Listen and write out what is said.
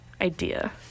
idea